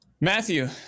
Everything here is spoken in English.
Matthew